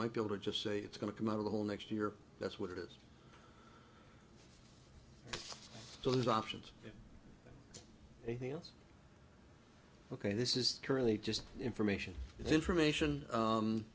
might be able to just say it's going to come out of the hole next year that's what it is so there's options anything else ok this is currently just information information